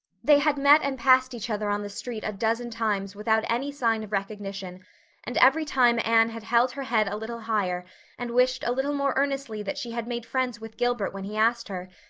they had met and passed each other on the street a dozen times without any sign of recognition and every time anne had held her head a little higher and wished a little more earnestly that she had made friends with gilbert when he asked her,